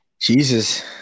Jesus